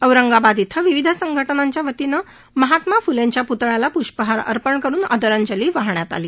औरंगाबाद इथं विविध संघटनांच्या वतीनं महात्मा फुले यांच्या पुतळ्याला पुष्पहार अर्पण करुन आदरांजली वाहण्यात आली